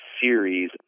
series